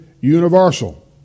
universal